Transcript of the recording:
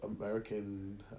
American